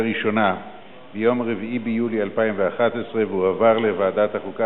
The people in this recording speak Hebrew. ראשונה ביום 4 ביולי 2011 והועברה לוועדת החוקה,